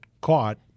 caught